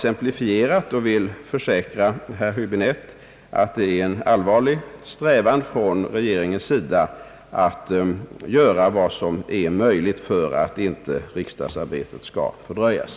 Jag har med detta bara velat ge några exempel och vill försäkra herr Häbinette att det är en allvarlig strävan från regeringens sida att göra vad som är möjligt för att inte riksdagsarbetet skall fördröjas.